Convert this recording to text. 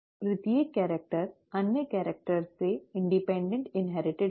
प्रत्येक कैरिक्टर अन्य कैरिक्टर से स्वतंत्र इन्हेरटिड है